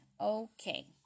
okay